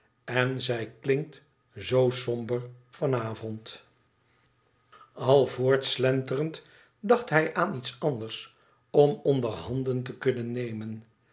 en zij klinkt zoo somber van avond al voortslenterend dacht hij aan iets anders om onderhanden te kunnen nemen